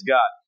God